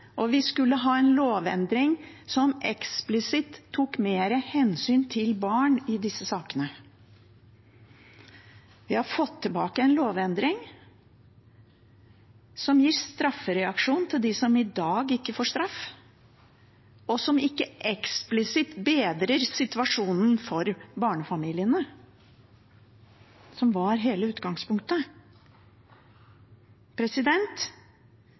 hensyn til barn i disse sakene. Vi har fått tilbake en lovendring som gir straffereaksjon til dem som i dag ikke får straff, og som ikke eksplisitt bedrer situasjonen for barnefamiliene, som var hele utgangspunktet.